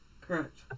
Correct